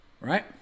right